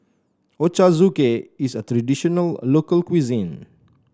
Ochazuke is a traditional local cuisine